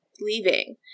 leaving